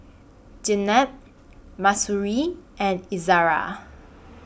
Jenab Mahsuri and Izara